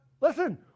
listen